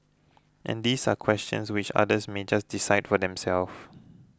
and these are questions which others may just decide for themselve